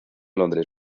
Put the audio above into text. londres